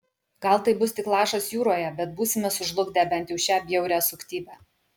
gal tai bus tik lašas jūroje bet būsime sužlugdę bent jau šią bjaurią suktybę